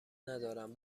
ندارم